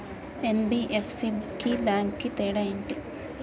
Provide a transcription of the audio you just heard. NBFC కి bank కి తేడా ఏంటి?